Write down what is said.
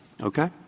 Okay